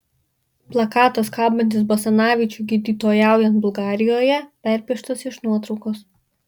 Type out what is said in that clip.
plakatas kabantis basanavičiui gydytojaujant bulgarijoje perpieštas iš nuotraukos